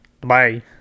bye